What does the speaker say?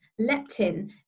leptin